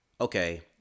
okay